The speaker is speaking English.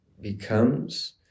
becomes